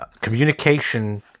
Communication